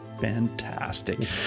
fantastic